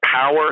power